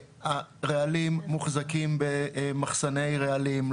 הרעלים מוחזקים במחסני רעלים.